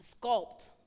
sculpt